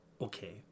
okay